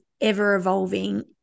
ever-evolving